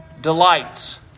delights